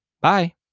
Bye